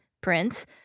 Prince